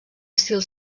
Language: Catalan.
estil